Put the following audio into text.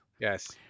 Yes